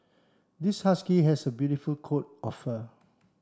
this husky has a beautiful coat of fur